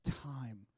time